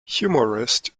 humorist